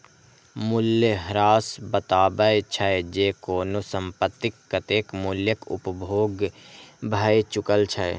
मूल्यह्रास बतबै छै, जे कोनो संपत्तिक कतेक मूल्यक उपयोग भए चुकल छै